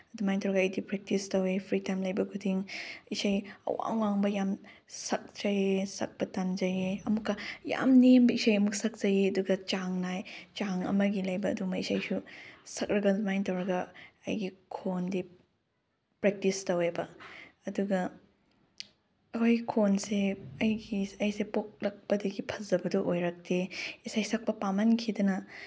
ꯑꯗꯨꯃꯥꯏꯅ ꯇꯧꯔꯒ ꯑꯩꯗꯤ ꯄ꯭ꯔꯦꯛꯇꯤꯁ ꯇꯧꯋꯦ ꯐ꯭ꯔꯤ ꯇꯥꯏꯝ ꯂꯩꯕ ꯈꯨꯗꯤꯡ ꯏꯁꯩ ꯑꯋꯥꯡ ꯑꯋꯥꯡꯕ ꯌꯥꯝ ꯁꯛꯆꯩꯌꯦ ꯁꯛꯄ ꯇꯝꯖꯩꯌꯦ ꯑꯃꯨꯛꯀ ꯌꯥꯝ ꯅꯦꯝꯕ ꯏꯁꯩ ꯑꯃꯨꯛ ꯁꯛꯆꯩꯌꯦ ꯑꯗꯨꯒ ꯆꯥꯡ ꯆꯥꯡ ꯑꯃꯒꯤ ꯂꯩꯕ ꯑꯗꯨꯝꯕ ꯏꯁꯩꯁꯨ ꯁꯛꯂꯒ ꯑꯗꯨꯃꯥꯏꯅ ꯇꯧꯔꯒ ꯑꯩꯒꯤ ꯈꯣꯟꯗꯤ ꯄ꯭ꯔꯦꯛꯇꯤꯁ ꯇꯧꯋꯦꯕ ꯑꯗꯨꯒ ꯑꯩꯈꯣꯏ ꯈꯣꯟꯁꯦ ꯑꯩꯒꯤ ꯑꯩꯁꯦ ꯄꯣꯛꯂꯛꯄꯗꯒꯤ ꯐꯖꯕꯗꯨ ꯑꯣꯏꯔꯛꯇꯦ ꯏꯁꯩ ꯁꯛꯄ ꯄꯥꯝꯃꯟꯈꯤꯗꯅ